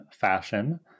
fashion